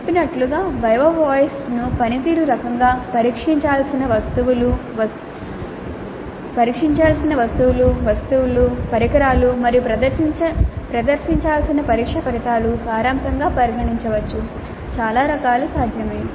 చెప్పినట్లుగా వివా వోస్ను పనితీరు రకంగా పరీక్షించాల్సిన వస్తువులు వస్తువులు పరికరాలు మరియు ప్రదర్శించాల్సిన పరీక్ష ఫలితాల సారాంశంగా పరిగణించవచ్చు చాలా రకాలు సాధ్యమే